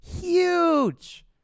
Huge